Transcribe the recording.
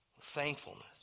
thankfulness